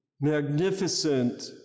magnificent